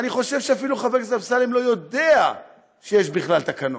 אני חושב שחבר הכנסת אפילו לא יודע שיש בכלל תקנון.